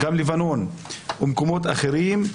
לבנון ומקומות אחרים,